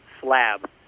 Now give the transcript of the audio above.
Slab